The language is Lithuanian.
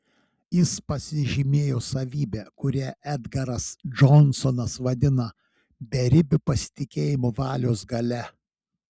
jis pasižymėjo savybe kurią edgaras džonsonas vadina beribiu pasitikėjimu valios galia